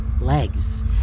legs